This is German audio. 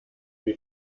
wie